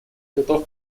готов